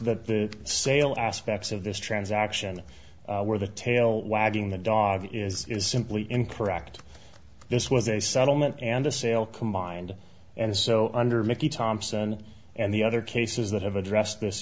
that the sale aspects of this transaction were the tail wagging the dog is is simply incorrect this was a settlement and a sale combined and so under mickey thompson and the other cases that have addressed this